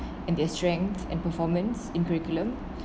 and their strength and performance in curriculum